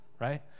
right